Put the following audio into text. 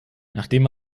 nachdem